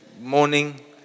morning